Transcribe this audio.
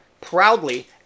proudly